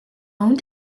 own